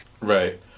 Right